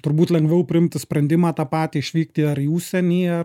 turbūt lengviau priimti sprendimą tą patį išvykti ar į užsienį ar